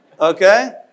okay